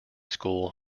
school